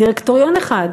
דירקטוריון אחד,